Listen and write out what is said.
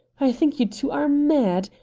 i think you two are mad!